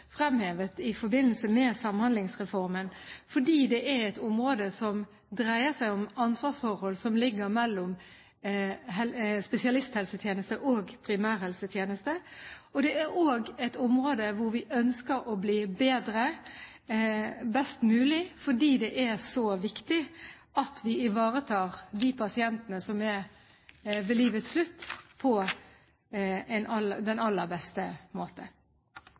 fremhevet der, fordi dette er et område som dreier seg om ansvarsforholdet mellom spesialisthelsetjenesten og primærhelsetjenesten. Dette er også et område hvor vi ønsker å bli bedre – best mulig – fordi det er så viktig at vi ivaretar de pasientene som er ved livets slutt, på den aller beste måte.